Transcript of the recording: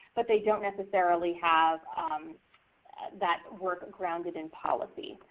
but they don't neccessarily have um that work grounded in policy.